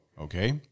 okay